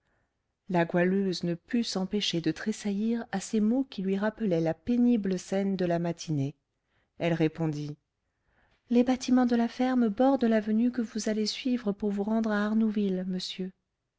la goualeuse ne put s'empêcher de tressaillir à ces mots qui lui rappelaient la pénible scène de la matinée elle répondit les bâtiments de la ferme bordent l'avenue que vous allez suivre pour vous rendre à arnouville monsieur